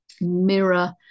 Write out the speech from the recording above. Mirror